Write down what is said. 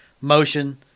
motion